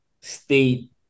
state